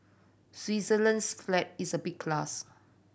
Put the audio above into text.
Switzerland's flag is a big plus